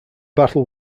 battle